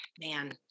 man